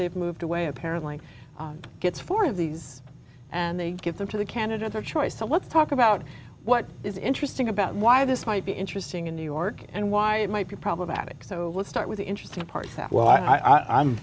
they've moved away apparently gets four of these and they give them to the candidate their choice so let's talk about what is interesting about why this might be interesting in new york and why it might be problematic so let's start with the interesting part that well i